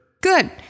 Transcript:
Good